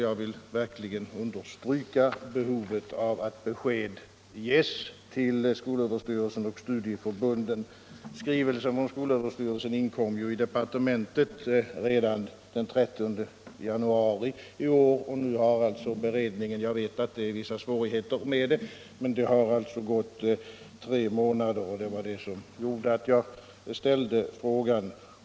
Jag vill verkligen understryka behovet av att besked ges till skolöverstyrelsen och studieförbunden. Skrivelsen från skolöverstyrelsen inkom till departementet redan den 13 januari i år; jag vet att det är vissa svårigheter, men nu har beredningen tagit tre månader, och det var anledningen till att jag ställde frågan.